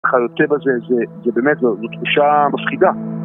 וכיוצא בזה, זה באמת.. זו תחושה מפחידה